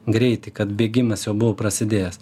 greitį kad bėgimas prasidės